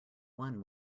won